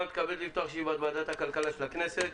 אני פותח את ישיבת ועדת הכלכלה של הכנסת.